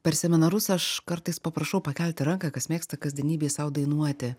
per seminarus aš kartais paprašau pakelti ranką kas mėgsta kasdienybėj sau dainuoti